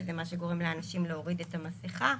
שזה מה שגורם לאנשים להוריד את המסכה.